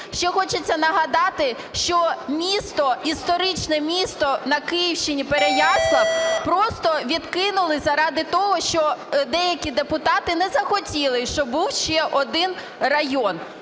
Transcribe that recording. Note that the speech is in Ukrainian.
Ще хочеться нагадати, що історичне місто на Київщині Переяслав просто відкинули заради того, що деякі депутати не захотіли, щоб був ще один район.